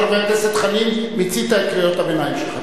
חבר הכנסת חנין, מיצית את קריאות הביניים שלך.